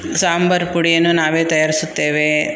ಸಾಂಬಾರು ಪುಡಿಯನ್ನು ನಾವೇ ತಯಾರಿಸುತ್ತೇವೆ